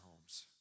homes